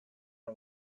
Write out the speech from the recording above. and